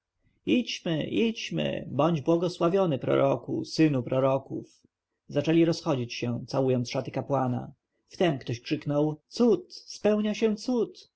idźmy idźmy bądź błogosławiony proroku synu proroków zaczęli rozchodzić się całując szaty kapłana wtem ktoś krzyknął cud spełnia się cud